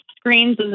screens